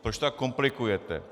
Proč to tak komplikujete?